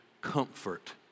comfort